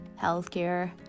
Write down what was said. healthcare